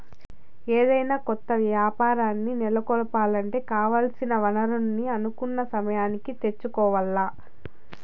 ఏదైనా కొత్త యాపారాల్ని నెలకొలపాలంటే కావాల్సిన వనరుల్ని అనుకున్న సమయానికి తెచ్చుకోవాల్ల